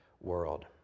world